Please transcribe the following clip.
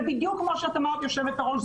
ובדיוק כמו שאת אמרת יושבת-הראש,